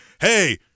Hey